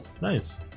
Nice